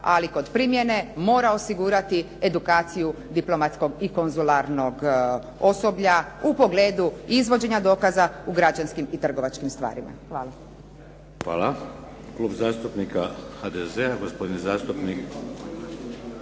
ali kod primjene mora osigurati edukaciju diplomatskog i konzularnog osoblja u pogledu izvođenja dokaza u građanskim i trgovačkim stvarima. Hvala. **Šeks, Vladimir (HDZ)** Hvala. Klub zastupnika HDZ-a, gospodin zastupnik,